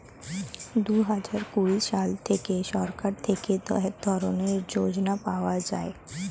দুহাজার কুড়ি সাল থেকে সরকার থেকে এক ধরনের যোজনা পাওয়া যায়